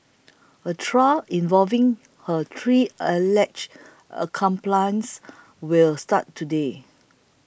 a trial involving her three alleged accomplices will start today